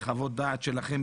חוות הדעת שלכם,